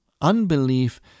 unbelief